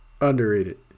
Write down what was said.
underrated